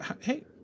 Hey